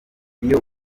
iyo